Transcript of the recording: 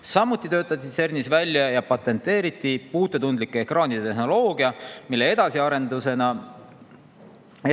Samuti töötati CERN‑is välja ja patenteeriti puutetundlike ekraanide tehnoloogia, mida arendas